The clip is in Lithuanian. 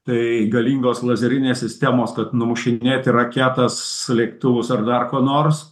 tai galingos lazerinės sistemos kad numušinėti raketas lėktuvus ar dar ko nors